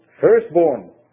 firstborn